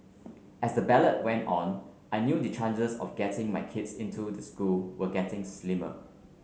as the ballot went on I knew the chances of getting my kids into the school were getting slimmer